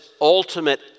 ultimate